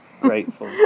Grateful